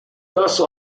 also